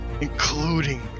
including